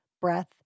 breath